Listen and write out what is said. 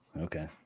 Okay